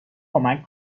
کمک